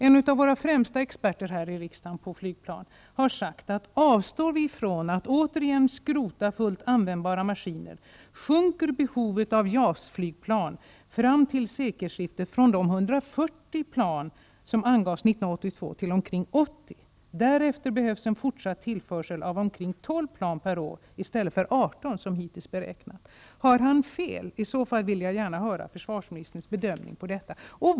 En av våra främsta experter på flygplan här i riksdagen har sagt att om vi avstår från att återigen skrota fullt användbara maskiner, sjunker behovet av JAS flygplan fram till sekelskiftet från de 140 plan som angavs 1982 till omkring 80. Därefter behövs en fortsatt tillförsel av omkring 12 plan per år i stället för 18 som hittills beräknats. Har han fel? I så fall vill jag gärna höra försvarsministerns bedömning av detta.